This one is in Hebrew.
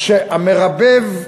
המרבב,